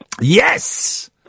Yes